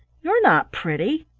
you're not pretty.